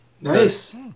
Nice